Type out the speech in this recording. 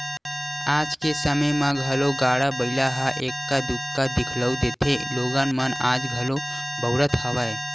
आज के समे म घलो गाड़ा बइला ह एक्का दूक्का दिखउल देथे लोगन मन आज घलो बउरत हवय